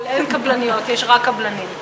אין קבלניות, יש רק קבלנים.